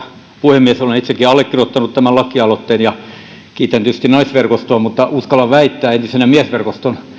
puhemies olen itsekin allekirjoittanut tämän lakialoitteen ja kiitän tietysti naisverkostoa mutta uskallan väittää entisenä miesverkoston